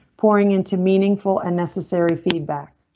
pouring into meaningful and necessary feedback.